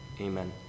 Amen